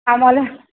आमोल्या